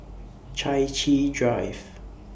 Chai Chee Drive